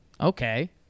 Okay